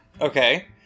Okay